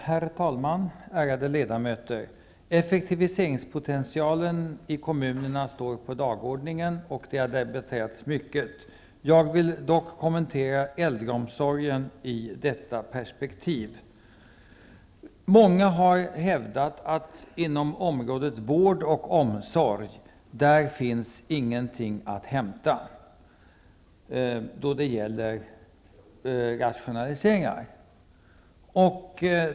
Herr talman! Ärade ledamöter! Effektiviseringspotentialen i kommunerna står på dagordningen, och detta har debatterats mycket. Jag vill dock kommentera äldreomsorgen i detta perspektiv. Många har hävdat att ingenting finns att hämta då det gäller rationaliseringar inom området vård och omsorg.